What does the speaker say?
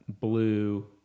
Blue